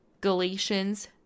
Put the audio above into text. Galatians